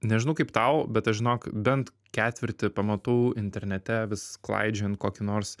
nežinau kaip tau bet aš žinok bent ketvirtį pamatau internete vis klaidžiojant kokį nors